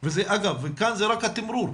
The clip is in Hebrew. ואגב, כאן זה רק התמרור.